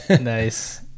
Nice